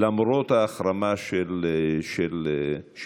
למרות ההחרמה של השר.